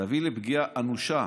תביא לפגיעה אנושה